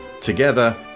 together